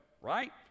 right